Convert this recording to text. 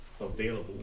available